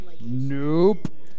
Nope